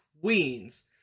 queens